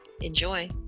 Enjoy